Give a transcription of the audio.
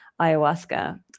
ayahuasca